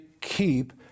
keep